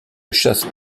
chasse